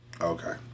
Okay